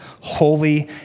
holy